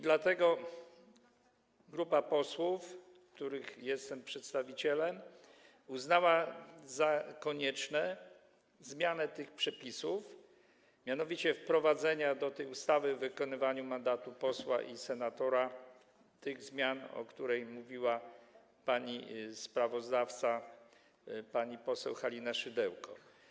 Dlatego grupa posłów, których jestem przedstawicielem, uznała, że jest konieczna zmiana tych przepisów, chodzi o wprowadzenie do ustawy o wykonywaniu mandatu posła i senatora tych zmian, o których mówiła pani sprawozdawca, pani poseł Halina Szydełko.